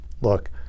look